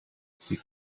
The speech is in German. sie